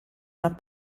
una